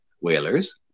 whalers